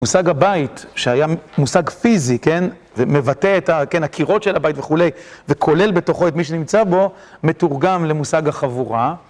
מושג הבית, שהיה מושג פיזי, כן, ומבטא את ה... כן? הקירות של הבית וכולי, וכולל בתוכו את מי שנמצא בו, מתורגם למושג החבורה.